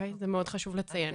זה מאד חשוב לציין.